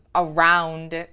around